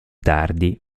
tardi